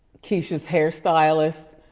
keyshia's hairstylist,